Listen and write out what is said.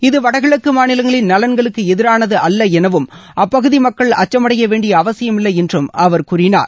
இது வடகிழக்கு மாநிலங்களின் நலன்களுக்கு எதிரானது அல்ல எனவும் அப்பகுதி மக்கள் அச்சமடைய வேண்டிய அவசியமில்லை என்றும் அவர் கூறினார்